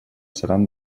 seran